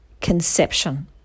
conception